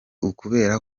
ukubera